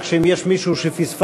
כך שאם יש מישהו שפספסתי,